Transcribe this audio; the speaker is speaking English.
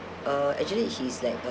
uh actually he's like a